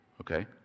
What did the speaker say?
Okay